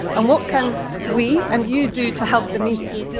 and what can we and you do to help the media?